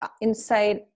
inside